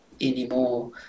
anymore